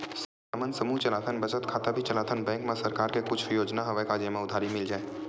हमन समूह चलाथन बचत खाता भी चलाथन बैंक मा सरकार के कुछ योजना हवय का जेमा उधारी मिल जाय?